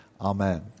Amen